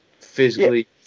physically